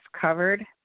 covered